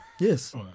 Yes